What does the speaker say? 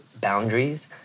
boundaries